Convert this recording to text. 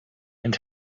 and